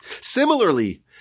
Similarly